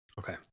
Okay